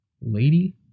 Lady